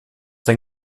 dein